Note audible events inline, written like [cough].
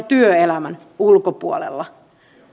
[unintelligible] työelämän ulkopuolella